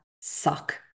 suck